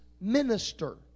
minister